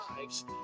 lives